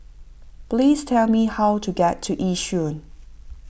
please tell me how to get to Yishun